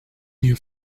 new